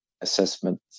assessment